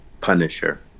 Punisher